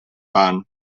pan